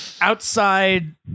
outside